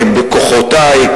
בכוחותי,